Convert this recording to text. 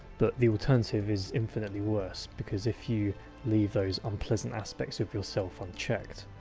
but the alternative is infinitely worse, because if you leave those unpleasant aspects of yourself unchecked,